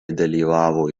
dalyvavo